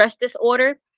disorder